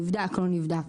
נבדק או לא נבדק.